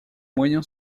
moyen